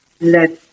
let